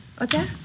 Okay